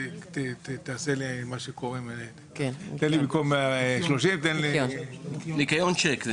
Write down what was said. תן לי במקום 30 תן --- זה נקרא ניכיון צ'ק.